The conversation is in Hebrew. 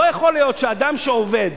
לא יכול להיות שאדם שעובד,